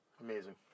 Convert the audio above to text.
amazing